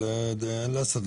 של עין אל-אסד,